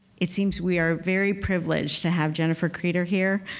it seems we are very privileged to have jennifer kreder here,